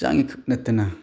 ꯍꯛꯆꯥꯡꯒꯤ ꯈꯛ ꯅꯠꯇꯅ